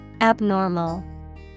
Abnormal